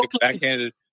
backhanded